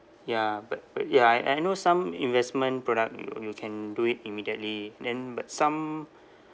ya but but ya I I know some investment product you you can do it immediately then but some